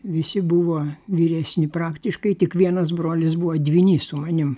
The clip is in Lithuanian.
visi buvo vyresni praktiškai tik vienas brolis buvo dvynys su manim